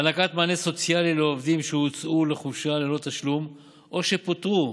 הענקת מענה סוציאלי לעובדים שהוצאו לחופשה ללא תשלום או שפוטרו